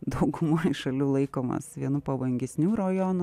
daugumoj šalių laikomas vienu pavojingesnių rojonų